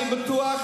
אני בטוח,